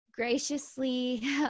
graciously